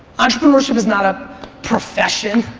entrepreneurship is not a profession,